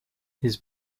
his